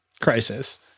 crisis